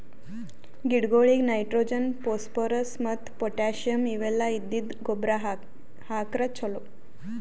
ಗಿಡಗೊಳಿಗ್ nitrogen, phosphorus ಮತ್ತ್ potassium ಇವೆಲ್ಲ ಇದ್ದಿದ್ದ್ ಗೊಬ್ಬರ್ ಹಾಕ್ರ್ ಛಲೋ